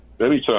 Anytime